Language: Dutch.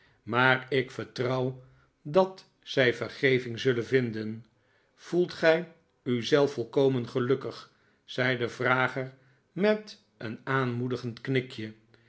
maar ik vertrouw dat zij verge ving zullen vinden voelt gij u zelf volkomen gelukkig zei de vrager met een aanmoedigend knikje